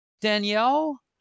Danielle